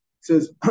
says